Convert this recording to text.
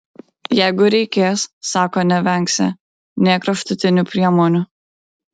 jeigu reikės sako nevengsią nė kraštutinių priemonių